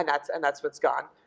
and that's and that's what's gone.